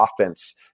offense